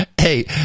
Hey